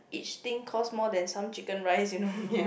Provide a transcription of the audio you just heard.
each thing costs more than some Chicken Rice you know or not